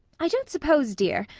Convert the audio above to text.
i don't suppose, dear,